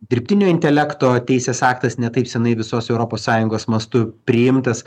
dirbtinio intelekto teisės aktas ne taip senai visos europos sąjungos mastu priimtas